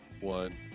one